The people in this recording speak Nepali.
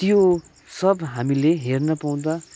त्यो सब हामीले हेर्न पाउँदा